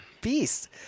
Beast